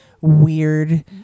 weird